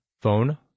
phone